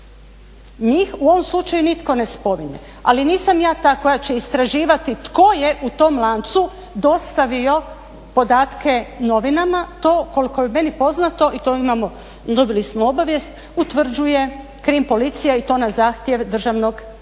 Njih u ovom slučaju nitko ne spominje. Ali nisam ja ta koja će istraživati tko je u tom lancu dostavio podatke novinama. To koliko je meni poznato i to imamo dobili smo obavijest utvrđuje krim policija i to na zahtjev državnog odvjetništva.